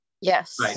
Yes